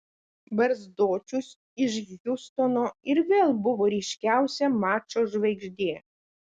barzdočius iš hjustono ir vėl buvo ryškiausia mačo žvaigždė